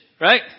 right